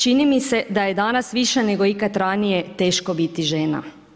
Čini mi se da je danas više nego ikada ranije, teško biti žena.